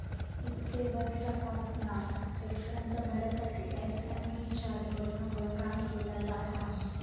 कित्येक वर्षांपासना शेतकऱ्यांच्या भल्यासाठी एस.एम.पी च्या धोरणावर काम केला जाता हा